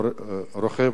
רוכב